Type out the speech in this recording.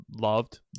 loved